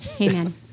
Amen